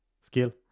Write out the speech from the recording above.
skill